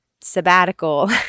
sabbatical